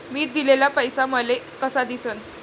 मी दिलेला पैसा मले कसा दिसन?